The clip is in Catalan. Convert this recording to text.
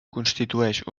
constitueix